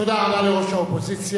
תודה רבה לראש האופוזיציה.